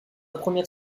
première